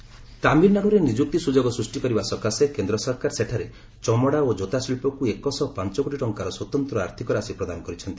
ଗଭ୍ ତାମିଲନାଡୁରେ ନିଯୁକ୍ତି ସୁଯୋଗ ସୃଷ୍ଟି କରିବା ସକାଶେ କେନ୍ଦ୍ ସରକାର ସେଠାରେ ଚମଡ଼ା ଓ ଜୋତା ଶିଳ୍ପକୁ ଏକଶହ ପାଞ୍ଚକୋଟି ଟଙ୍କାର ସ୍ପତନ୍ତ୍ର ଆର୍ଥିକ ରାଶି ପ୍ରଦାନ କରିଛନ୍ତି